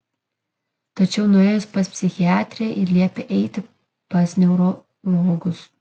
tačiau nuėjus pas psichiatrę ji liepė eiti pas neurologus